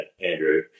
Andrew